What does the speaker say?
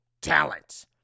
talent